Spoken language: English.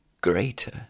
greater